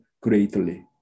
greatly